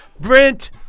brent